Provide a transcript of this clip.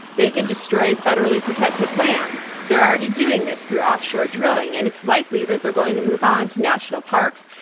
they can destroy federally protected lands. they're already doing this through offshore drilling, and it's likely that they're going to move on to national parks,